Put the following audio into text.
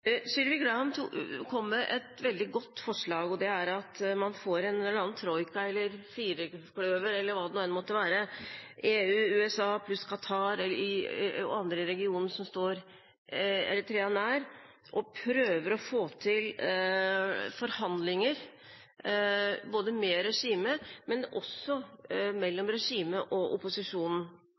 Sylvi Graham kom med et veldig godt forslag om at man burde få en eller annen troika eller firkløver eller hva det nå enn måtte være – EU, USA pluss Qatar og andre i regionen som står Eritrea nær – og prøve å få til forhandlinger både med regimet, men også mellom regimet og opposisjonen. Det er ingen samlet opposisjon,